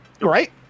Right